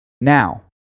Now